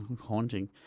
haunting